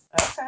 Okay